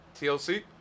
TLC